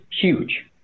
huge